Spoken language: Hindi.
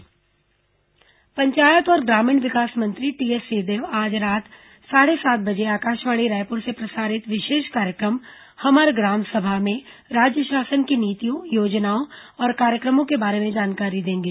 हमर ग्राम सभा पंचायत और ग्रामीण विकास मंत्री टीएस सिंहदेव आज रात साढ़े सात बजे आकाशवाणी रायपुर से प्रसारित विशेष कार्यक्रम हमर ग्राम सभा में राज्य शासन की नीतियों योजनाओं और कार्यक्रमों के बारे में जानकारी देंगे